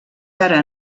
ara